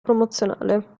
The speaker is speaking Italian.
promozionale